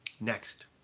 Next